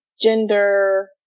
gender